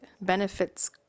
benefits